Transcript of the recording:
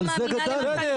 לא סביר זה סובייקטיבי.